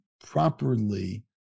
properly